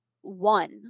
one